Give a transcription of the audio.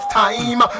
time